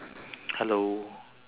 hello